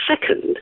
second